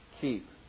keep